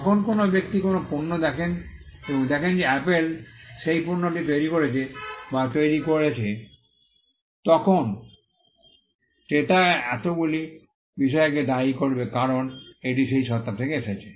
যখন কোনও ব্যক্তি কোনও পণ্য দেখেন এবং দেখেন যে অ্যাপল সেই পণ্যটি তৈরি করেছে বা তৈরি করেছে তখন ক্রেতা এতগুলি বিষয়কে দায়ী করবে কারণ এটি সেই সত্তা থেকে এসেছে